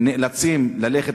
נאלצים ללכת,